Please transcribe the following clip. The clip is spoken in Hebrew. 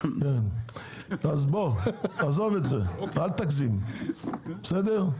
אז בוא, עזוב את זה, אל תגזים, בסדר?